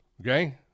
Okay